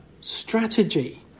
strategy